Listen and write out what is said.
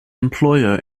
employer